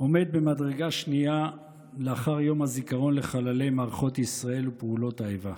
עומד במדרגה שנייה לאחר יום הזיכרון לחללי מערכות ישראל ופעולות האיבה.